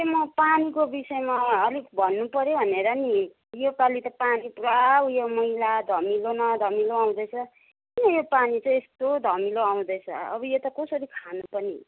ए म पानीको विषयमा अलिक भन्नु पऱ्यो भनेर नि योपालि त पानी पुरा ऊ यो मैला धमिलो न धमिलो आउँदैछ के यो पानी चाहिँ यस्तो धमिलो आउँदैछ अब यो त कसरी खानु पनि